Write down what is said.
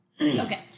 Okay